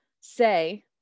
say